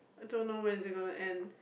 I don't know when is it gonna end